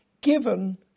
given